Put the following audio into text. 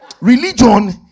religion